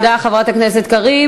תודה, חברת הכנסת קריב.